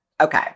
Okay